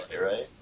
Right